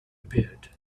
appeared